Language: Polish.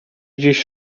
gdzieś